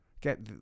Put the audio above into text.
Get